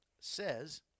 says